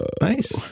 Nice